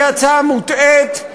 היא הצעה מוטעית,